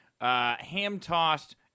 ham-tossed